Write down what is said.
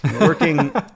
working